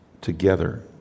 together